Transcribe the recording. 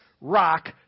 rock